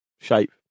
Shape